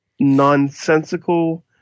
Nonsensical